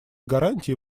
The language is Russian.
гарантий